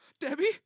Debbie